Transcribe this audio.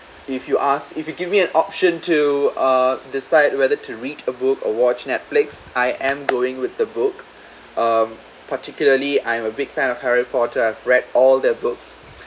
if you ask if you give me an option to uh decide whether to read a book or watch Netflix I am going with the book um particularly I'm a big fan of harry potter I've read all their books